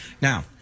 Now